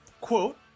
Quote